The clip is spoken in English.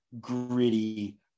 gritty